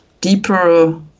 deeper